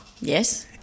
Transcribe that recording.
Yes